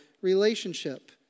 relationship